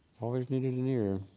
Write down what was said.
always needed an ear.